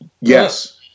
Yes